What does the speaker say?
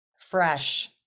Fresh